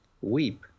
weep